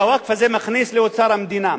שהווקף הזה מכניס לאוצר המדינה,